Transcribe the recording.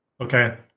Okay